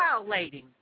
violating